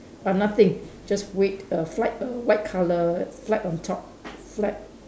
but nothing just weight err flag err white colour flag on top flag